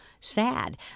sad